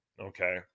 Okay